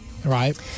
Right